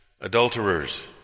adulterers